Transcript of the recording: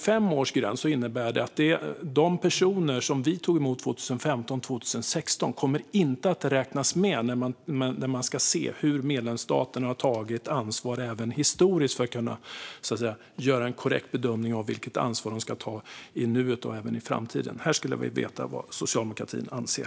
Fem års gräns innebär att de personer som vi tog emot 2015-2016 inte kommer att räknas med när man ska se hur medlemsstaterna har tagit ansvar även historiskt för att kunna göra en korrekt bedömning av vilket ansvar de ska ta i nuet och även i framtiden. Här skulle jag vilja veta vad socialdemokratin anser.